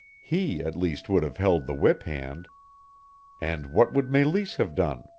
he at least would have held the whip-hand. and what would meleese have done?